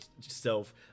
self